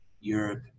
Europe